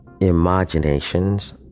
imaginations